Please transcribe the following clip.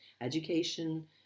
education